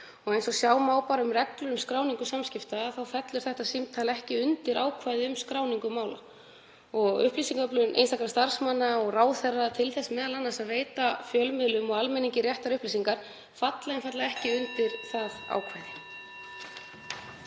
Eins og sjá má í reglum um skráningu samskipta fellur þetta símtal ekki undir ákvæði um skráningu mála. Upplýsingaöflun einstakra starfsmanna og ráðherra, til þess m.a. að veita fjölmiðlum og almenningi réttar upplýsingar, fellur einfaldlega ekki undir það ákvæði.